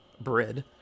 Bread